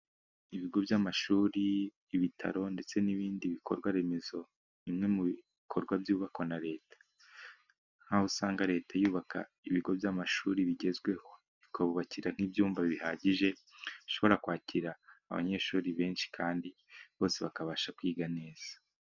Ibigo by'amashuri, ibitaro, ndetse n'ibindi bikorwa remezo, ni bimwe mu bikorwa byubakwa na Leta, nk'aho usanga Leta yubaka ibigo by'amashuri bigezweho, ikabubakira nk'ibyumba bihagije bishobora kwakira abanyeshuri benshi, kandi bose bakabasha kwiga neza.